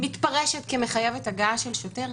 מתפרשת כמחייבת הגעה של שוטר,